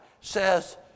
says